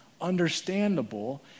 understandable